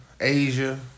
Asia